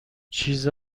چیز